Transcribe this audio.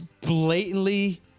blatantly